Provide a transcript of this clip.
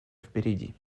впереди